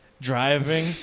driving